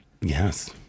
Yes